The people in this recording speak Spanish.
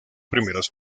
primeros